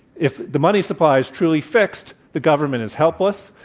if the money supply is truly fixed the government is helpless.